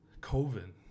coven